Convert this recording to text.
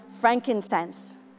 frankincense